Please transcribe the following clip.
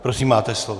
Prosím, máte slovo.